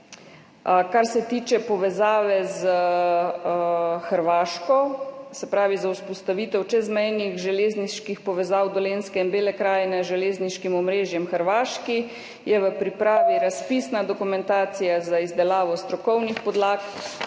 Kar se tiče povezave s Hrvaško, se pravi za vzpostavitev čezmejnih železniških povezav Dolenjske in Bele krajine z železniškim omrežjem na Hrvaškem, je v pripravi razpisna dokumentacija za izdelavo strokovnih podlag